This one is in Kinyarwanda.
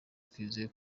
twizeye